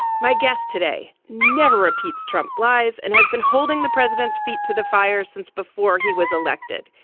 my guest today never repeats trump lies and has been holding the president's feet to the fire since before he was elected.